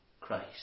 Christ